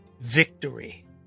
victory